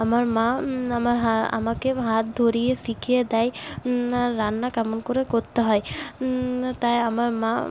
আমার মা আমার আমাকে হাত ধরিয়ে শিখিয়ে দেয় রান্না কেমন করে করতে হয় তাই আমার মা